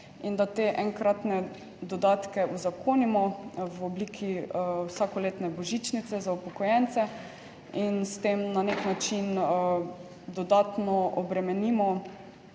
in da te enkratne dodatke uzakonimo v obliki vsakoletne božičnice za upokojence in s tem na nek način dodatno obremenimo